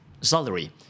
salary